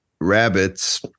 rabbits